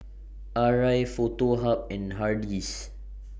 Arai Foto Hub and Hardy's